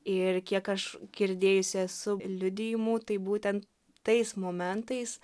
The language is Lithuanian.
ir kiek aš girdėjusi esu liudijimų tai būtent tais momentais